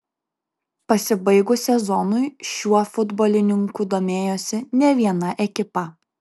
pasibaigus sezonui šiuo futbolininku domėjosi ne viena ekipa